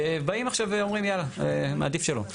ובאים עכשיו ואומרים יאללה, מעדיף שלא.